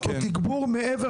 תגבור מעבר